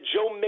Joe